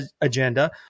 agenda